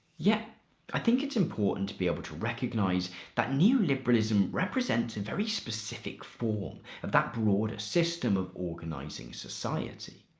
yet i think it's important to be able to recognize that neoliberalism represents a very specific form of that broader system of organizing society.